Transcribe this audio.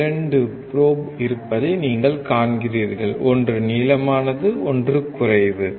2 probe இருப்பதை நீங்கள் காண்கிறீர்கள் ஒன்று நீளமானது ஒன்று குறைவு